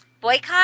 boycott